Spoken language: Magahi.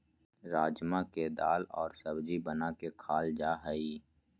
राजमा के दाल और सब्जी बना के खाल जा हइ